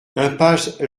impasse